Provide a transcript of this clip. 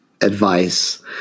advice